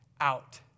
out